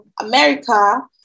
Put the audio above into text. America